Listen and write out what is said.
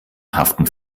haften